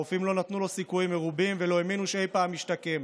הרופאים לא נתנו לו סיכויים מרובים ולא האמינו שאי פעם ישתקם,